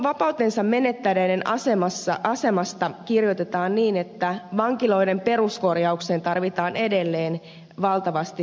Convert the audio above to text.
vapautensa menettäneiden asemasta kirjoitetaan niin että vankiloiden peruskorjaukseen tarvitaan edelleen valtavasti resursseja